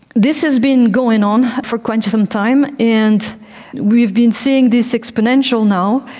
this has been going on for quite some time and we've been seeing this exponential now.